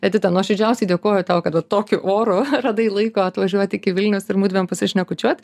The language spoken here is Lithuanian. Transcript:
edita nuoširdžiausiai dėkoju tau kad va tokiu oru radai laiko atvažiuoti iki vilniaus ir mudviem pasišnekučiuot